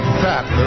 fat